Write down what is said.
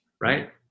right